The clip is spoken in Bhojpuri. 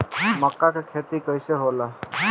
मका के खेती कइसे होला?